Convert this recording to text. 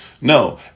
No